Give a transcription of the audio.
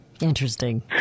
Interesting